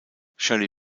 shirley